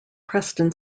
preston